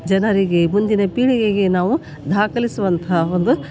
ಜನರಿಗೆ ಮುಂದಿನ ಪೀಳಿಗೆಗೆ ನಾವು ದಾಖಲಿಸುವಂಥ ಒಂದು